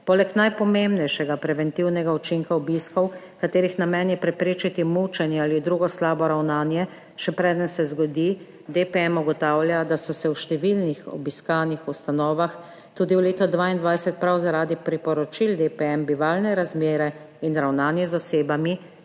Poleg najpomembnejšega preventivnega učinka obiskov, katerih namen je preprečiti mučenje ali drugo slabo ravnanje, še preden se zgodi, DPM ugotavlja, da so se v številnih obiskanih ustanovah tudi v letu 2022 prav zaradi priporočil DPM bivalne razmere in ravnanje z osebami,